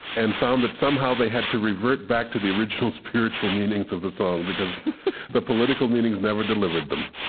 and found that somehow they had to revert back to the original spiritual meanings of the songs because the political meanings never delivered them